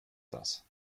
das